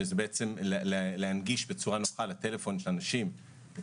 הוא להנגיש בצורה נוחה לטלפון של אנשים את